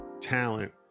talent